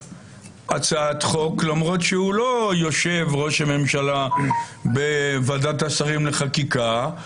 הצעת חוק למרות שהוא לא יושב-ראש בוועדת השרים לחקיקה,